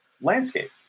landscape